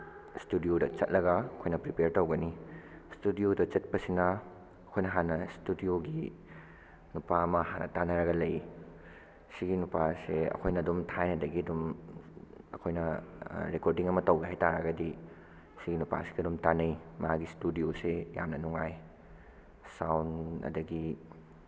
ꯏꯁꯇꯨꯗꯤꯑꯣꯗ ꯆꯠꯂꯒ ꯑꯩꯈꯣꯏꯅ ꯄ꯭ꯔꯤꯄꯤꯌꯔ ꯇꯧꯒꯅꯤ ꯏꯁꯇꯨꯗꯤꯑꯣꯗ ꯆꯠꯄꯁꯤꯅ ꯑꯩꯈꯣꯏꯅ ꯍꯥꯟꯅ ꯏꯁꯇꯨꯗꯤꯑꯣꯒꯤ ꯅꯨꯄꯥ ꯑꯃ ꯍꯥꯟꯅ ꯇꯥꯅꯔꯒ ꯂꯩ ꯁꯤꯒꯤ ꯅꯨꯄꯥꯁꯦ ꯑꯩꯈꯣꯏꯅ ꯑꯗꯨꯝ ꯊꯥꯏꯅꯗꯒꯤ ꯑꯗꯨꯝ ꯑꯩꯈꯣꯏꯅ ꯔꯦꯀꯣꯔꯗꯤꯡ ꯑꯃ ꯇꯧꯒꯦ ꯍꯥꯏ ꯇꯥꯔꯒꯗꯤ ꯁꯤꯒꯤ ꯅꯨꯄꯥꯁꯤꯒ ꯑꯗꯨꯝ ꯇꯥꯅꯩ ꯃꯥꯒꯤ ꯏꯁꯇꯨꯗꯤꯑꯣꯁꯤ ꯌꯥꯝꯅ ꯅꯨꯡꯉꯥꯏ ꯁꯥꯎꯟ ꯑꯗꯒꯤ